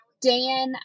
Dan